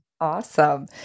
Awesome